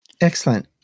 excellent